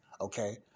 Okay